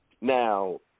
Now